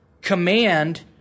command